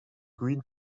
green